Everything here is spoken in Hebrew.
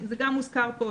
זה גם הוזכר פה,